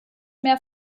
mehr